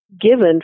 given